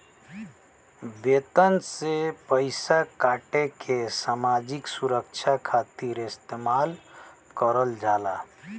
वेतन से पइसा काटके सामाजिक सुरक्षा खातिर इस्तेमाल करल जाला